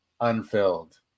unfilled